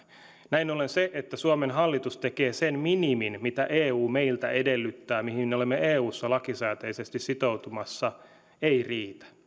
näin ollen se että suomen hallitus tekee sen minimin mitä eu meiltä edellyttää ja mihin me olemme eussa lakisääteisesti sitoutumassa ei riitä